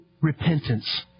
repentance